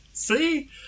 see